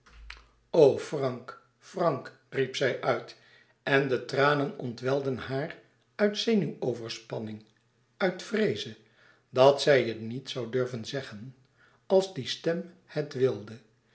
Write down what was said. o frank frank riep zij uit en de tranen ontwelden haar uit zenuwoverspanning uit vreeze dat zij het niet zoû durven zeggen als die stem het wilde